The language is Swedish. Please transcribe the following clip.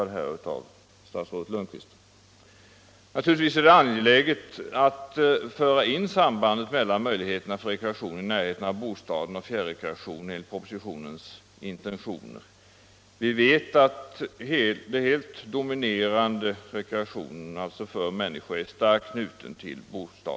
Denna inställning har vi här hört statsrådet Lundkvist bekräfta.